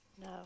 No